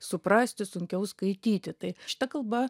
suprasti sunkiau skaityti tai šita kalba